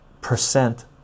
percent